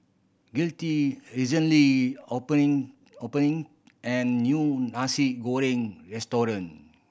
Gustie recently opening opening an new Nasi Goreng restaurant